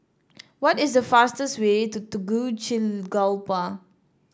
what is the fastest way to Tegucigalpa